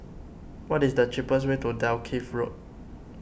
what is the cheapest way to Dalkeith Road